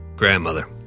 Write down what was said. grandmother